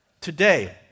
Today